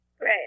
Right